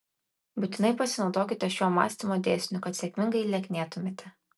būtinai pasinaudokite šiuo mąstymo dėsniu kad sėkmingai lieknėtumėte